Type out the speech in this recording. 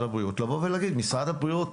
הבריאות לבוא ולהגיד: משרד הבריאות,